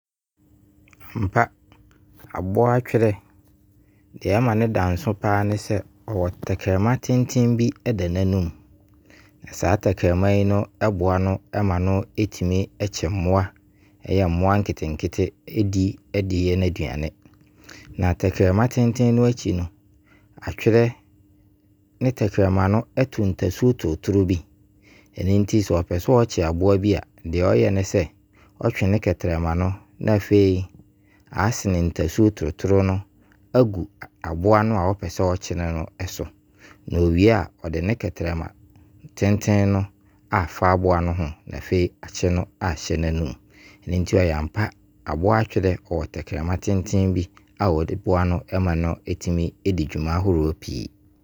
Ampa, aboa Atwerɛ, deɛ ɛma ne da nso koraa ne sɛ ɔwɔ tɛkyerɛma tenten bi da n'ano mu. Saa tɛkyerɛma yi boa no ma no tumi kye mmoa. Ɛyɛ mmoa nketenkete, ɛdi de yɛ n'aduane. Na tɛkyerɛma tenten no akyi no, Atwerɛ ne tɛkyerɛma no to ntasuo torotro bi. Ɛno nti sɛ ɔpɛ sɛ ɔkye aboa bi a, deɛ ɔyɛ ne sɛ, ɔywe ne tɛkyerɛma no. Na afei asene ntasuo torotrɔ no agu aboa no a ɔpɛ sɛ ɔkye no ne so. Na ɔwie a, ɔde ne tɛkyerɛma tenten no afa aboa no ho na afei akye no ahyɛ n'ano mu. Ɛno nti aboa Atwerɛ ɔwɔ tɛkyerɛma tenten bi a ]de boa ma ɔtumi ɛdi dwuma ahoroɔ pii.